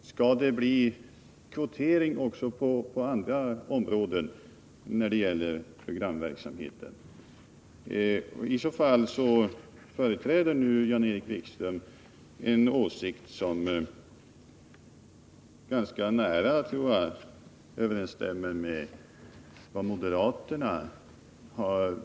Skall det bli kvotering också på andra områden när det gäller programverksamheten? I så fall företräder nu Jan-Erik Wikström en åsikt som ganska nära, tror jag, överensstämmer med moderaternas.